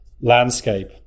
landscape